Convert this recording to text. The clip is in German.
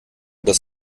das